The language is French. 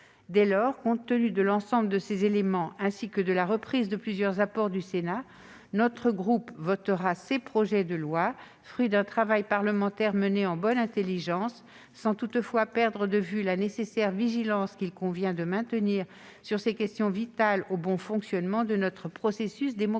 Dès lors, compte tenu de l'ensemble de ces éléments, ainsi que de la reprise de plusieurs apports du Sénat, notre groupe votera ces projets de loi, fruits d'un travail parlementaire mené en bonne intelligence, sans toutefois perdre de vue la nécessaire vigilance qu'il convient de maintenir sur ces questions vitales au bon fonctionnement de notre processus démocratique.